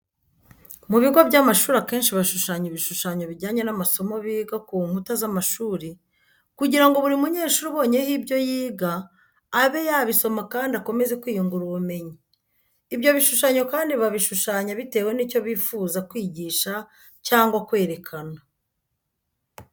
Mu bigo by'amashuri akenshi bashushanya ibishushanyo bijyanye n'amasomo biga ku nkuta z'amashuri kugira ngo buri munyeshuri ubonyeho ibyo yiga, abe yabisoma kandi akomeze kwiyungura ubumenyi. Ibyo bishushanyo kandi babishushanya bitewe nicyo bifuza kwijyisha cyangwa kwerekana.